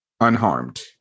unharmed